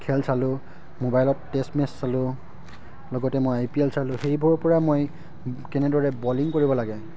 খেল চালোঁ মোবাইলত টেষ্ট মেচ চালোঁ লগতে মই আই পি এল চালোঁ সেইবোৰৰ পৰা মই কেনেদৰে বলিং কৰিব লাগে